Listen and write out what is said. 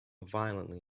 violently